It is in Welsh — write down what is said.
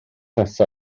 nesa